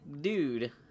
dude